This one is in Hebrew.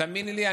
תאמיני לי,